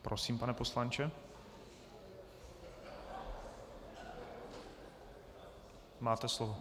Prosím, pane poslanče, máte slovo.